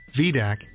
VDAC